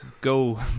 Go